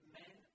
men